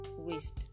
waste